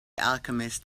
alchemist